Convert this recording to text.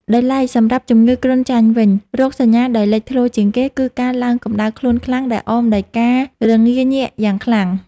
ដោយឡែក សម្រាប់ជំងឺគ្រុនចាញ់វិញ រោគសញ្ញាដែលលេចធ្លោជាងគេគឺការឡើងកម្ដៅខ្លួនខ្លាំងដែលអមដោយការរងាញាក់យ៉ាងខ្លាំង។